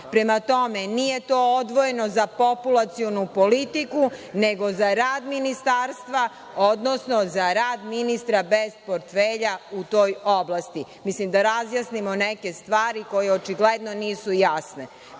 tome, nije to odvojeno za populacionu politiku nego za rad ministarstva, odnosno za rad ministra bez portfelja u toj oblasti. Mislim da razjasnimo neke stvari koje očigledno nisu jasne.